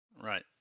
Right